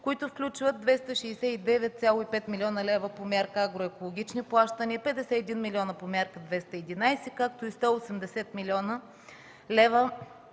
които включват 269,5 млн. лв. по Мярка „Агроекологични плащания”, 51 милиона по Мярка 211, както и 180 млн. лв.